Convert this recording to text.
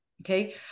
Okay